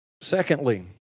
Secondly